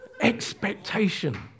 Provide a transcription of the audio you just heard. Expectation